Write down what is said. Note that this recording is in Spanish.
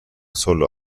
sólo